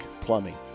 Plumbing